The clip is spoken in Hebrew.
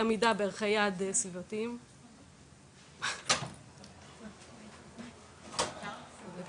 כנ"ל לגבי יחידה 80. הדירוג של הדברים ואיך